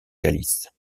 galice